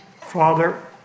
Father